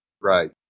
Right